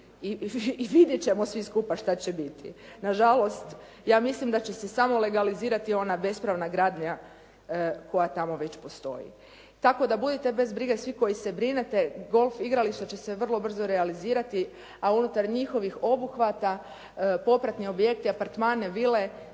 i vidjet ćemo svi skupa šta će biti. Na žalost ja mislim da će se samo legalizirati ona bespravna gradnja koja tamo već postoji. Tako da budite bez brige svi koji se brinete, golf igrališta će se vrlo brzo realizirati, a unutar njihovih obuhvata popratni objekti, apartmani, vile